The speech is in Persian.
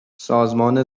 سازمان